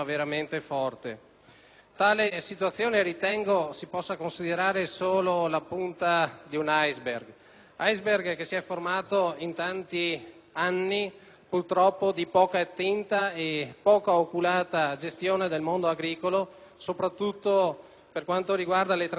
Tale situazione si può considerare solo la punta di un *iceberg* che si è formato, purtroppo, in tanti anni di poco attenta e poco oculata gestione del mondo agricolo, soprattutto per quanto riguarda le trattative fatte in